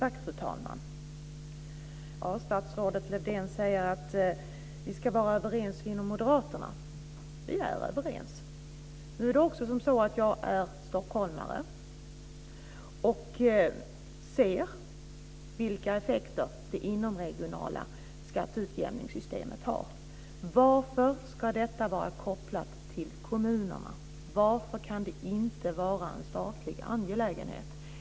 Fru talman! Statsrådet Lövdén säger att vi ska vara överens inom Moderaterna. Vi är överens. Nu är det också så att jag är stockholmare och ser vilka effekter det inomkommunala skatteutjämningssystemet har. Varför ska detta vara kopplat till kommunerna? Varför kan det inte vara en statlig angelägenhet?